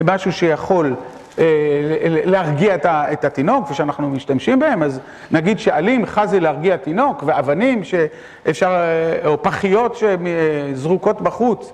משהו שיכול להרגיע את התינוק כפי שאנחנו משתמשים בהם. אז נגיד שעלים זה להרגיע תינוק ואבנים או פחיות שזרוקות בחוץ.